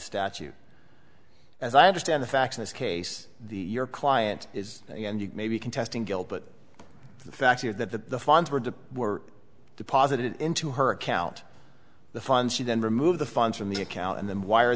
statute as i understand the facts in this case the your client is maybe contesting guilt but the facts are that the funds were to were deposited into her account the fund she then remove the funds from the account and then w